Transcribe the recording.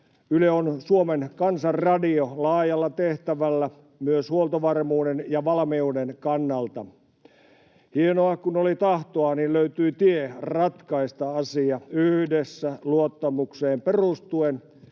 Yle on Suomen kansan radio laajalla tehtävällä myös huoltovarmuuden ja valmiuden kannalta. Hienoa. Kun oli tahtoa, niin löytyi tie ratkaista asia yhdessä luottamukseen perustuen.